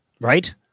Right